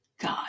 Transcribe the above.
God